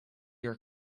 your